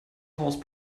horse